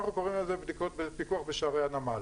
אנחנו קוראים לזה פיקוח בשערי הנמל.